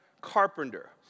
Carpenter